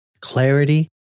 Clarity